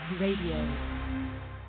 Radio